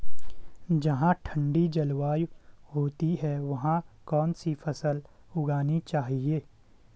जहाँ ठंडी जलवायु होती है वहाँ कौन सी फसल उगानी चाहिये?